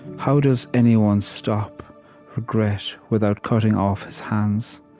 how does anyone stop regret without cutting off his hands?